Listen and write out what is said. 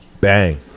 bang